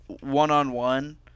one-on-one